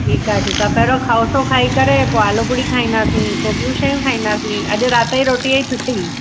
ठीकु आहे ठीकु आहे पहिरो खावसो खाई करे पोइ आलू पूरी खाईंदासीं पोइ ॿियूं शयूं खाईंदासीं अॼु राति जी रोटीअ जी छुटी